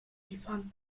liefern